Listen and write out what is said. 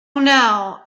now